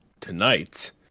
tonight